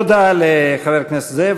תודה לחבר הכנסת זאב.